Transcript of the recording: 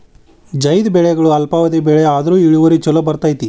ಝೈದ್ ಬೆಳೆಗಳು ಅಲ್ಪಾವಧಿ ಬೆಳೆ ಆದ್ರು ಇಳುವರಿ ಚುಲೋ ಬರ್ತೈತಿ